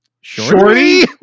Shorty